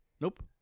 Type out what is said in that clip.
Nope